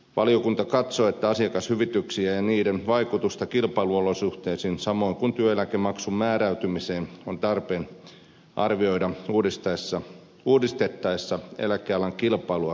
valiokunta katsoo että asiakashyvityksiä ja niiden vaikutusta kilpailuolosuhteisiin samoin kuin työeläkemaksun määräytymiseen on tarpeen arvioida uudistettaessa eläkealan kilpailua koskevia säännöksiä